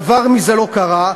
דבר מזה לא קרה,